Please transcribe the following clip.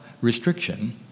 restriction